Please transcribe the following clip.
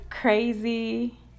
Crazy